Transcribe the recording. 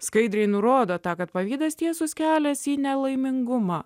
skaidriai nurodo tą kad pavydas tiesus kelias į nelaimingumą